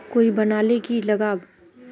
Card बना ले की लगाव?